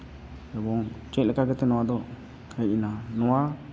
ᱮᱵᱚᱝ ᱪᱮᱫ ᱞᱮᱠᱟ ᱠᱟᱛᱮᱫ ᱱᱚᱣᱟᱫᱚ ᱦᱮᱡ ᱮᱱᱟ ᱱᱚᱣᱟ